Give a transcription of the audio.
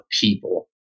people